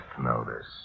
notice